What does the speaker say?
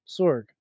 Sorg